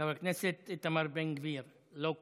חבר הכנסת איתמר בן גביר, לא כאן.